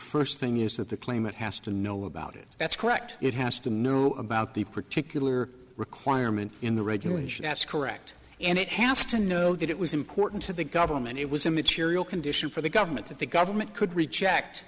first thing is that the claimant has to know about it that's correct it has to know about the particular requirement in the regulation that's correct and it has to know that it was important to the government it was a material condition for the government that the government could re